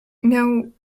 miał